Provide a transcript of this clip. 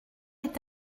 est